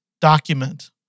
document